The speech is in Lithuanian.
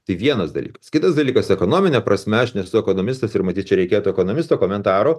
tai vienas dalykas kitas dalykas ekonomine prasme aš nesu ekonomistas ir matyt čia reikėtų ekonomisto komentarų